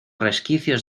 resquicios